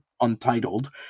untitled